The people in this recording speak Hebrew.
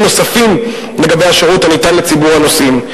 נוספים לגבי השירות הניתן לציבור הנוסעים.